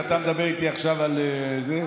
ואתה מדבר איתי עכשיו על זה?